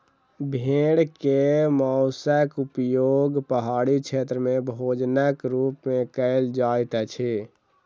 भेड़ के मौंसक उपयोग पहाड़ी क्षेत्र में भोजनक रूप में कयल जाइत अछि